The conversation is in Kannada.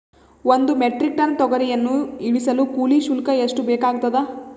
ಒಂದು ಮೆಟ್ರಿಕ್ ಟನ್ ತೊಗರಿಯನ್ನು ಇಳಿಸಲು ಕೂಲಿ ಶುಲ್ಕ ಎಷ್ಟು ಬೇಕಾಗತದಾ?